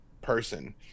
person